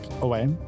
Away